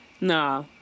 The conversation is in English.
Nah